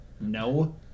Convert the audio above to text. no